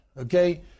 okay